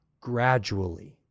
gradually